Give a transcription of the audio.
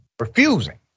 Refusing